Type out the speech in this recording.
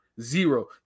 zero